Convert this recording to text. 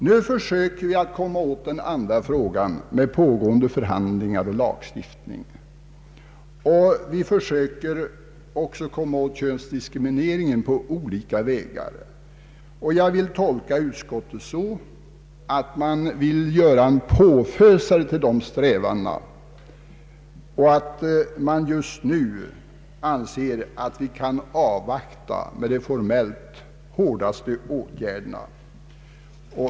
Nu försöker vi komma åt den andra frågan förhandlingsvägen och genom lagstiftning, och vi försöker även komma åt könsdiskrimineringen på olika vägar. Jag vill tolka utskottets uttalande så att man vill åstadkomma någonting som skall vara en påfösare när det gäller dessa strävanden, och därför anser att vi kan låta anstå med de formellt hårdaste åtgärderna.